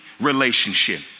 relationship